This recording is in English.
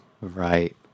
Right